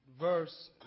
verse